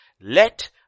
let